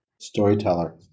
storyteller